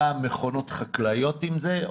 פעם מכונות חקלאיות עם זה,